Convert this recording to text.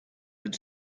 had